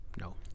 No